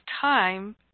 time